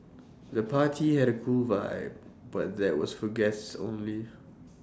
the party had A cool vibe but was for guests only